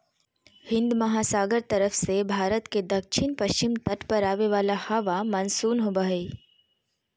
हिन्दमहासागर तरफ से भारत के दक्षिण पश्चिम तट पर आवे वाला हवा मानसून होबा हइ